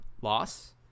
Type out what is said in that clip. loss